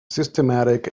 systematic